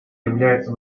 является